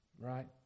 Right